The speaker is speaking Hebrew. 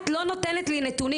את לא נותנת לי נתונים.